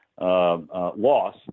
loss